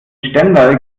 stendal